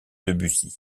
debussy